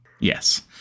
Yes